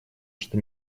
что